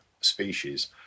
species